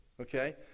okay